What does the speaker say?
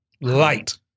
Light